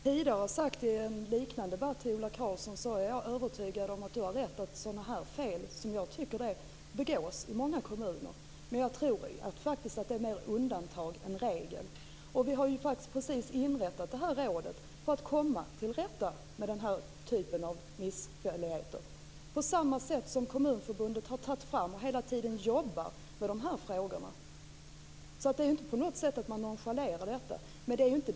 Herr talman! Som jag i en liknande debatt sagt till Ola Karlsson är jag övertygad om att han har rätt. Fel av nämnda slag begås i många kommuner men jag tror faktiskt att det mera är undantag än regel. Vi har ju just inrättat ett råd för att komma till rätta med den här typen av misshälligheter. På samma sätt jobbar Kommunförbundet hela tiden med de här frågorna. Det är alltså inte på något sätt så att man nonchalerar detta.